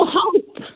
hope